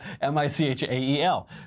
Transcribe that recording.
M-I-C-H-A-E-L